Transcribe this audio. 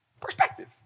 perspective